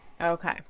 okay